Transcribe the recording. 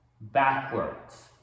backwards